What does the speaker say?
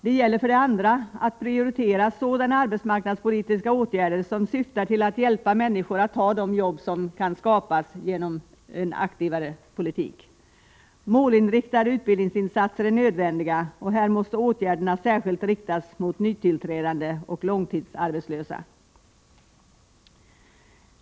Det gäller för det andra att prioritera sådana arbetsmarknadspolitiska åtgärder som syftar till att hjälpa människor att ta de jobb som kan skapas genom en aktivare politik. Målinriktade utbildningsinsatser är nödvändiga, och här måste åtgärderna särskilt riktas mot nytillträdande och långtidsarbetslösa.